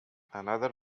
another